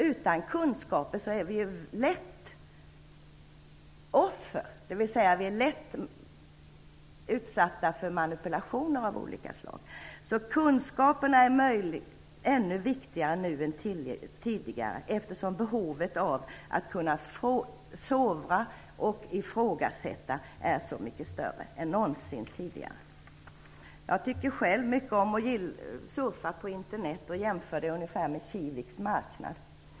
Utan kunskaper blir vi lätt offer, vi blir lätt utsatta för manipulationer av olika slag. Kunskapen är alltså om möjligt ännu viktigare nu än tidigare, eftersom behovet av att kunna sovra och ifrågasätta är mycket större än någonsin tidigare. Jag tycker själv mycket om att surfa på internet, och jag jämför det med Kiviks marknad.